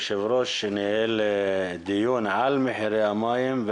היושב-ראש ניהל דיון על מחירי המים.